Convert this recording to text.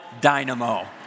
dynamo